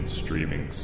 streaming